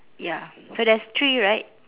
ya so there's three right